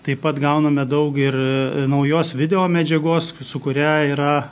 taip pat gauname daug ir naujos video medžiagos su kuria yra